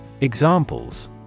Examples